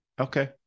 Okay